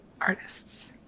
artists